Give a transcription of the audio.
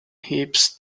heaps